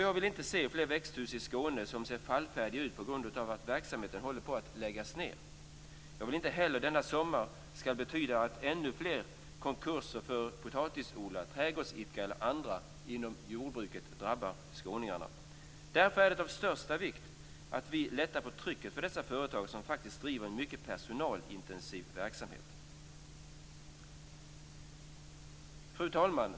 Jag vill inte se fler växthus i Skåne som ser fallfärdiga ut på grund av att verksamheten håller på att läggas ned. Jag vill inte heller att denna sommar skall betyda att ännu flera konkurser drabbar potatisodlare, trädgårdsidkare eller andra inom jordbruket i Skåne. Därför är det av största vikt att vi lättar på trycket för dessa företagare som faktiskt driver en mycket personalintensiv verksamhet. Fru talman!